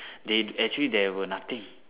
they actually there were nothing